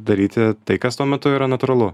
daryti tai kas tuo metu yra natūralu